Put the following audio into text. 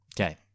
Okay